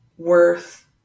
worth